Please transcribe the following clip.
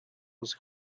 was